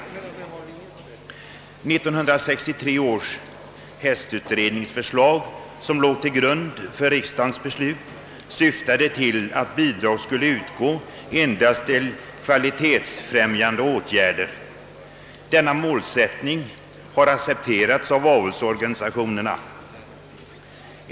1963 års hästutrednings förslag som låg till grund för riksdagens beslut syftade till att bidrag skulle utgå endast till kvalitetsfrämjande åtgärder. Denna målsättning har accepterats av avelsorganisationerna.